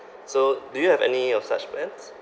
so do you have any of such plans